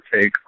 take